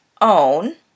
own